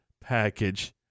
package